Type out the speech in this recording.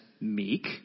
meek